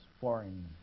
foreign